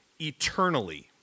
eternally